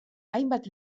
hainbat